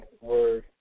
word